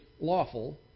lawful